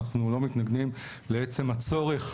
אנחנו לא מתנגדים לעצם הצורך.